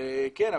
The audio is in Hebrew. כן,